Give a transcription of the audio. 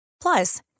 Plus